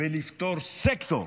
בלפטור סקטור,